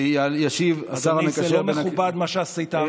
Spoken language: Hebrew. ישיב השר המקשר בין, אדוני, זה לא מכובד מה שעשית.